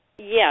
Yes